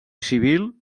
civil